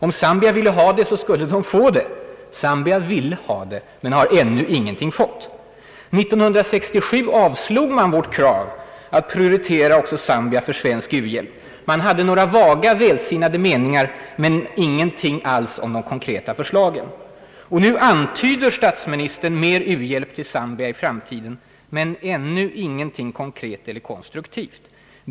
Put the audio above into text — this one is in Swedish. Om Zambia ville ha det, skulle landet få det. Zambia ville ha det men har ännu ingenting fått. 1967 avslog man vårt krav att prioritera Zambia för svensk u-hjälp. Man kom med några vaga, välsinnade meningar — men ingenting positivt alls om de konkreta förslagen. Nu 21968 antyder statsministern att det blir mer u-hjälp till Zambia i framtiden — men ännu ytterst lite konkret eller konstruktivt.